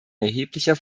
erheblicher